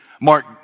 Mark